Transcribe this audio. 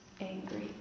angry